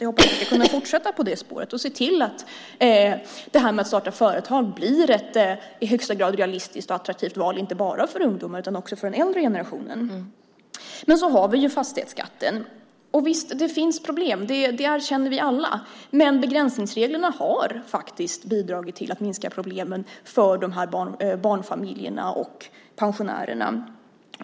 Jag hoppas att vi kommer att fortsätta på det spåret och se till att detta med att starta företag blir ett i högsta grad realistiskt och attraktivt val - inte bara för ungdomar utan också för den äldre generationen. Men så har vi fastighetsskatten. Visst finns det problem, det erkänner vi alla. Men begränsningsreglerna har faktiskt bidragit till att minska problemen för barnfamiljerna och pensionärerna.